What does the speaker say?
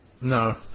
No